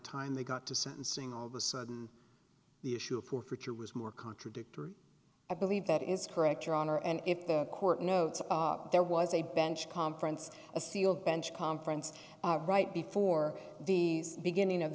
time they got to sentencing all the sudden the issue of forfeiture was more contradictory i believe that is correct your honor and if the court notes there was a bench conference a sealed bench conference right before the beginning of